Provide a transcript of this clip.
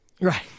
Right